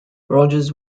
rogers